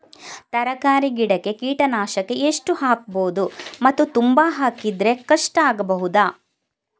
ತರಕಾರಿ ಗಿಡಕ್ಕೆ ಕೀಟನಾಶಕ ಎಷ್ಟು ಹಾಕ್ಬೋದು ಮತ್ತು ತುಂಬಾ ಹಾಕಿದ್ರೆ ಕಷ್ಟ ಆಗಬಹುದ?